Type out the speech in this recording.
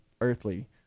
earthly